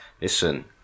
listen